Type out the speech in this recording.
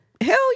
Hell